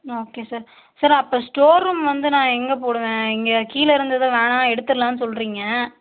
okay sir sir அப்போ store room வந்து நான் எங்கே போடுவேன் இங்கே கீழே இருந்ததை வேணாம் எடுத்துரலான்னு சொல்லுறீங்க